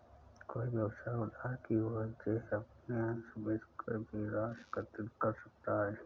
कोई व्यवसाय उधार की वजह अपने अंश बेचकर भी राशि एकत्रित कर सकता है